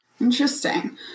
Interesting